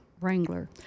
Wrangler